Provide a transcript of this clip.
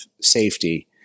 safety